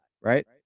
right